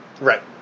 Right